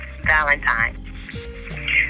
Valentine